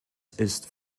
ist